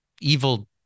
evil